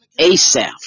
ASAP